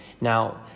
Now